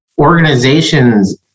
organizations